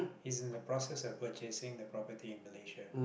he's in the process of purchasing the property in Malaysia